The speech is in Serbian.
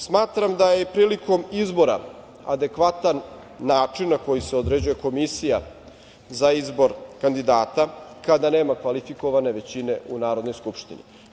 Smatram da je prilikom izbora adekvatan način na koji se određuje komisija za izbor kandidata kada nema kvalifikovane većine u Narodnoj skupštini.